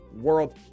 world